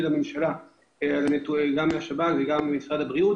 לממשלה גם מהשב"כ וגם ממשרד הבריאות,